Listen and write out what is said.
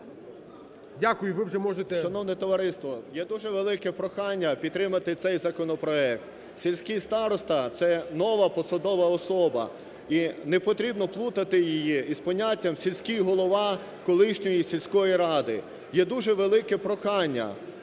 Дякую. Ви вже можете...